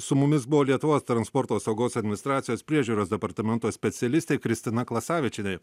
su mumis buvo lietuvos transporto saugos administracijos priežiūros departamento specialistė kristina klasavičienė